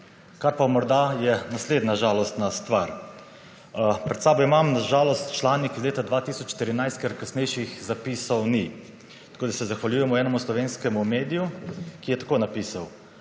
Kar pa morda je naslednja žalostna stvar. Pred sabo imam na žalost članek iz leta 2014, ker kasnejših zapisov ni, tako da se zahvaljujemo enemu slovenskemu mediju, ki je tako napisal: